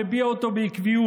שמביע אותו בעקביות.